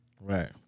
Right